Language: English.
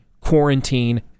quarantine